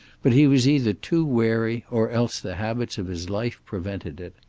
but he was either too wary or else the habits of his life prevented it.